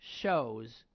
shows